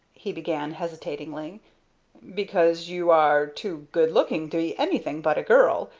he began, hesitatingly because you are too good-looking to be anything but a girl,